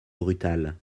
brutal